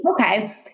okay